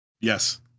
yes